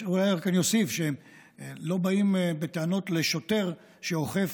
אני רק אוסיף שלא באים בטענות לשוטר שאוכף